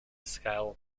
scale